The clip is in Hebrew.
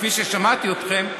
כפי ששמעתי אתכם,